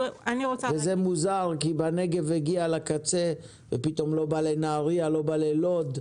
זה מוזר כי בנגב הגיע לקצה ופתאום לא הגיע לנהריה או לוד.